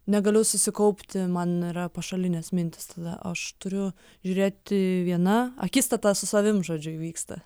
negaliu susikaupti man yra pašalinės mintys tada aš turiu žiūrėti viena akistata su savim žodžiu įvyksta